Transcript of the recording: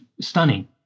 stunning